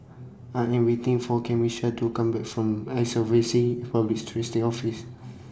I Am waiting For Camisha to Come Back from Insolvency Public Trustee's Office